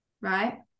Right